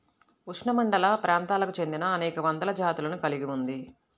ఉష్ణమండలప్రాంతాలకు చెందినఅనేక వందల జాతులను కలిగి ఉంది